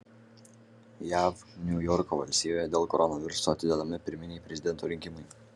jav niujorko valstijoje dėl koronaviruso atidedami pirminiai prezidento rinkimai